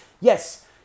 yes